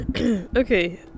okay